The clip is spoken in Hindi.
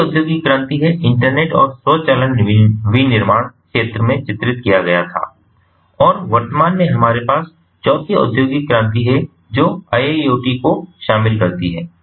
तीसरी औद्योगिक क्रांति है इंटरनेट और स्वचालन विनिर्माण क्षेत्र में चित्रित किया गया था और वर्तमान में हमारे पास चौथी औद्योगिक क्रांति है जो IIoT को शामिल करती है